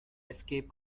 escape